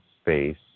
space